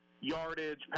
yardage